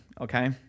okay